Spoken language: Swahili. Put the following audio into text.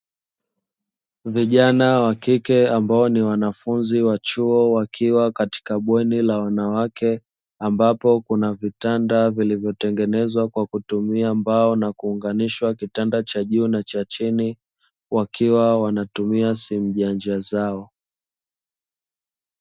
Vijana wa kike, ambao ni wanafunzi wa chuo wakiwa katika bweni la wanawake, ambapo kuna vitanda vilivyotengenezwa kwa kutumia mbao na kuunganisha kitanda cha juu na cha chini, wakiwa wanatumia simu janja zao.